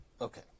Okay